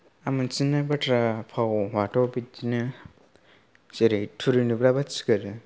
आं मिनथिनाय बाथ्रा फावाथ' बिदिनो जेरै थुरि नुब्ला बाथि गारो